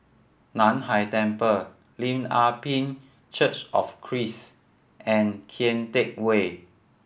Nan Hai Temple Lim Ah Pin Church of Christ and Kian Teck Way